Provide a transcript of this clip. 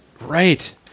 right